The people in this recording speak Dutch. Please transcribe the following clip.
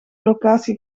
locatie